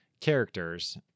characters